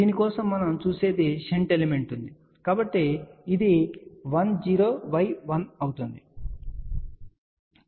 దీని కోసం మనం చూసేది షంట్ ఎలిమెంట్ ఉంది కాబట్టి అది అవుతుంది